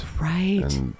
Right